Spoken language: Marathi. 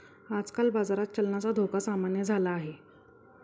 आजकाल बाजारात चलनाचा धोका सामान्य झाला आहे